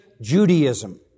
Judaism